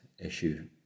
issue